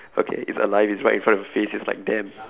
okay it's alive it's right in front of your face it's like damn